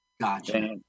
gotcha